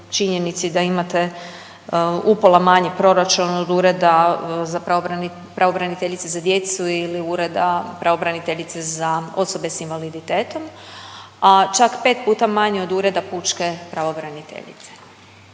da imate upola manji proračun od Ureda pravobraniteljice za djecu ili Ureda pravobraniteljice za osobe sa invaliditetom, a čak 5 puta manje od ureda Pučke pravobraniteljice.